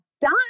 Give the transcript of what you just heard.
done